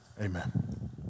Amen